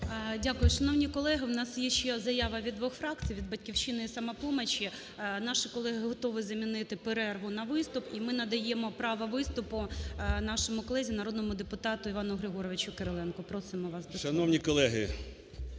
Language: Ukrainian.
Дякую. Шановні колеги, в нас є ще заява від двох фракцій – від "Батьківщини" і "Самопомочі". Наші колеги готові замінити перерву на виступ і ми надаємо право виступу нашому колезі народному депутату Івану Григоровичу Кириленку. Просимо вас, будь ласка.